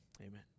Amen